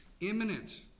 imminent